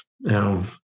Now